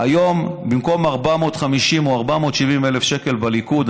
היום במקום 450,000 או 470,000 שקל בליכוד,